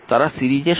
তারা সিরিজে সংযুক্ত